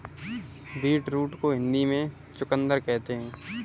beetroot को हिंदी में चुकंदर कहते हैं